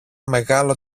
μεγάλο